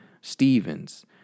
Stevens